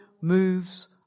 moves